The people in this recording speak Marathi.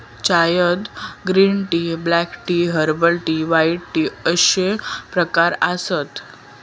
चायत green tea, black tea, herbal tea, white tea अश्ये प्रकार आसत